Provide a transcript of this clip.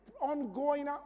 ongoing